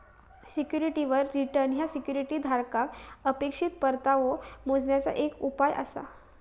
सिक्युरिटीवर रिटर्न ह्या सिक्युरिटी धारकाक अपेक्षित परतावो मोजण्याचे एक उपाय आसा